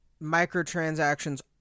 microtransactions